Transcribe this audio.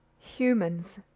humans!